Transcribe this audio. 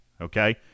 okay